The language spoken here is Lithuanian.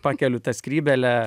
pakeliu tą skrybėlę